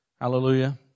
Hallelujah